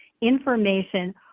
information